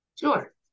Sure